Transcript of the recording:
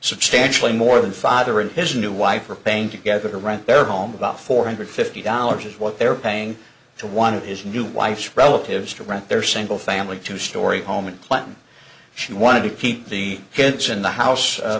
substantially more than father and his new wife are a pain together to rent their home about four hundred fifty dollars is what they're paying to one of his new wife's relatives to rent their single family two story home and plan she wanted to keep the kids in the house